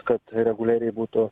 kad reguliariai būtų